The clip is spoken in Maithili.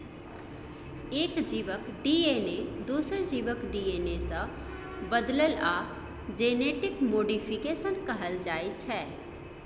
एक जीबक डी.एन.ए दोसर जीबक डी.एन.ए सँ बदलला केँ जेनेटिक मोडीफिकेशन कहल जाइ छै